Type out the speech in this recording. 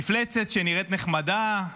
מפלצת שנראית נחמדה,